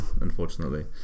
unfortunately